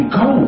go